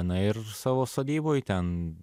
na ir savo sodyboj ten